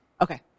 Okay